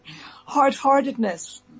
hard-heartedness